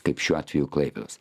kaip šiuo atveju klaipėdos